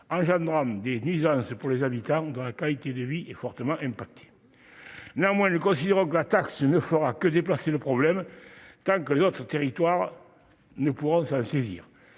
engendrant des nuisances pour les habitants dont la qualité de vie est fortement affectée. Néanmoins, nous considérons que la taxe ne fera que déplacer le problème tant que les autres territoires ne pourront pas s'en saisir.